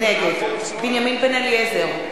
נגד בנימין בן-אליעזר,